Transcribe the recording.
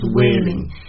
wailing